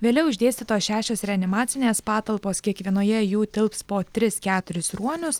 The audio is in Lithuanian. vėliau išdėstytos šešios reanimacinės patalpos kiekvienoje jų tilps po tris keturis ruonius